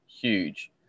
huge